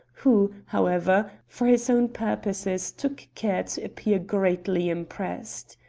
who, however, for his own purposes took care to appear greatly impressed.